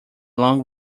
long